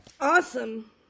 Awesome